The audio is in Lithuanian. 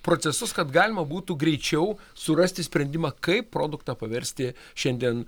procesus kad galima būtų greičiau surasti sprendimą kaip produktą paversti šiandien